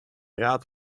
raad